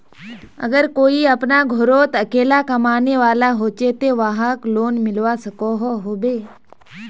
अगर कोई अपना घोरोत अकेला कमाने वाला होचे ते वाहक लोन मिलवा सकोहो होबे?